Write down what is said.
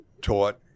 taught